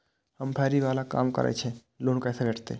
हम फैरी बाला काम करै छी लोन कैना भेटते?